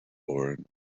orange